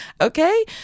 Okay